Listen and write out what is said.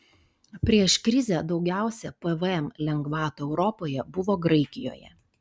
prieš krizę daugiausiai pvm lengvatų europoje buvo graikijoje